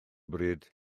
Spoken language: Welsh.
bryd